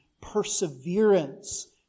perseverance